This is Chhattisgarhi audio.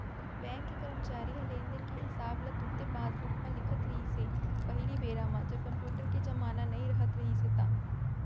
बेंक के करमचारी ह लेन देन के हिसाब ल तुरते पासबूक म लिखत रिहिस हे पहिली बेरा म जब कम्प्यूटर के जमाना नइ राहत रिहिस हे ता